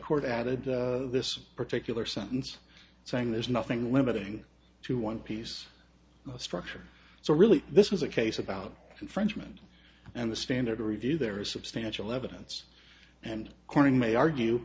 court added this particular sentence saying there's nothing limiting to one piece of structure so really this was a case about infringement and the standard of review there is substantial evidence and corn may argue